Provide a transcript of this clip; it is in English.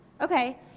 Okay